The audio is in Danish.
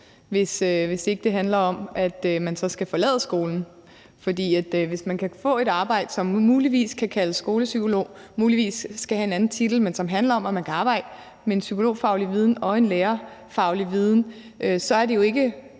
hvis ikke det handler om, at man skal forlade skolen. For hvis man kan få et arbejde, hvor man muligvis kan kalde sig skolepsykolog, muligvis skal have en anden titel, men som handler om, at man kan arbejde med en psykologfaglig viden og en lærerfaglig viden, er det jo ikke